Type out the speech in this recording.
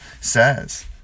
says